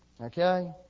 Okay